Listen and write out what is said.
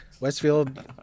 Westfield